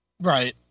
Right